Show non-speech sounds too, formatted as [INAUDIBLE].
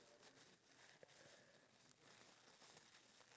around like seventy I think [LAUGHS]